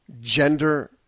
gender